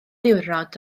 ddiwrnod